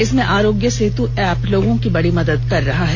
इसमें आरोग्य सेतु ऐप लोगों की बड़ी मदद कर रहा है